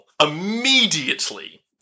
Immediately